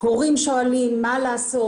הורים שואלים מה לעשות,